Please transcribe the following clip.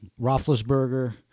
Roethlisberger